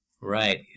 Right